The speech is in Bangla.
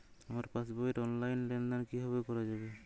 আমার পাসবই র অনলাইন লেনদেন কিভাবে করা যাবে?